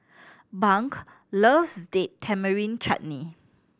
Bunk loves Date Tamarind Chutney